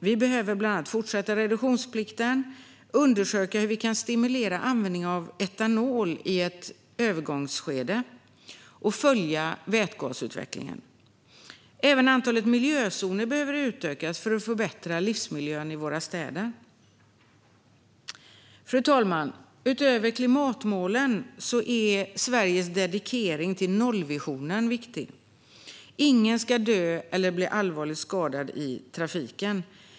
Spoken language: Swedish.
Vi behöver bland annat fortsätta tillämpa reduktionsplikten, undersöka hur vi kan stimulera användning av etanol i ett övergångsskede och följa vätgasutvecklingen. Antalet miljözoner behöver också utökas för att förbättra livsmiljön i våra städer. Fru talman! Utöver klimatmålen är Sveriges engagemang för nollvisionen viktigt. Ingen ska dö eller bli allvarligt skadad i trafiken.